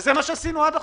וזה מה שהם עשו עד עכשיו?